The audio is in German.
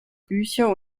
bücher